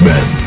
Men